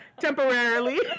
temporarily